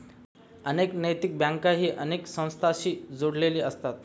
अनेक नैतिक बँकाही अनेक संस्थांशी जोडलेले असतात